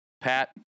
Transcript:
Pat